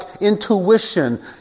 intuition